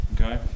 okay